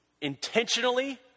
intentionally